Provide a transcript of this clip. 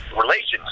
relations